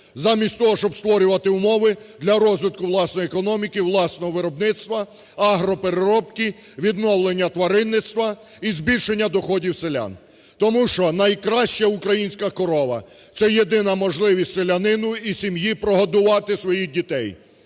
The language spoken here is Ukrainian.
замість того, щоб створювати умови для розвитку власної економіки, власного виробництва, агропереробки, відновлення тваринництва і збільшення доходів селян. Тому що найкраща українська корова – це єдина можливість селянину і сім'ї прогодувати своїх дітей.